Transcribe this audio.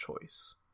choice